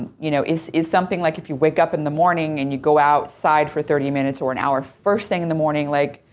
you know, is is something like if you wake up in the morning and you go outside for thirty minutes or an hour first thing in the morning, like.